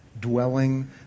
dwelling